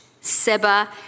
Seba